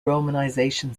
romanization